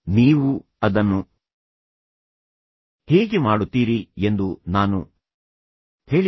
ನೀವು ಅದನ್ನು ಹೇಗೆ ಮಾಡುತ್ತೀರಿ ಎಂದು ನಾನು ಹೇಳಿದೆ